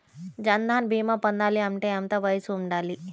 జన్ధన్ భీమా పొందాలి అంటే ఎంత వయసు ఉండాలి?